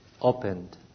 opened